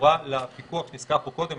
קשורה לפיקוח שנזכר כאן קודם.